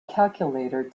calculator